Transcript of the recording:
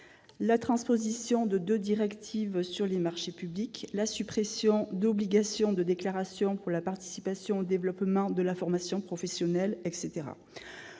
la transposition de deux directives sur les marchés publics ; la suppression d'obligation de déclaration pour la participation au développement de la formation professionnelle.